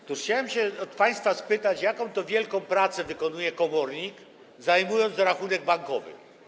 Otóż chciałem państwa spytać: Jaką to wielką pracę wykonuje komornik, zajmując rachunek bankowy?